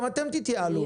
גם אתם תתייעלו.